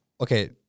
Okay